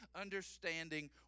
understanding